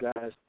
guys